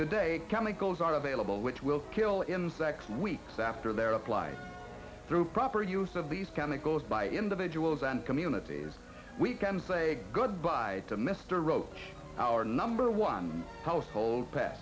today chemicals are available which will kill insects weeks after they're applied through proper use of these chemicals by individuals and communities we can say goodbye to mr roach our number one household pet